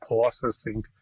processing